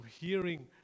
hearing